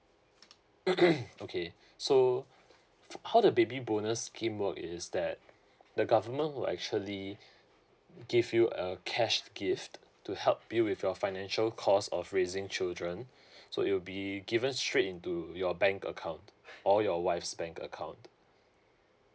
okay so how the baby bonus scheme work is that the government will actually give you a cash gift to help you with your financial cost of raising children so it will be given straight into your bank account or your wife's bank account